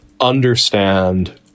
understand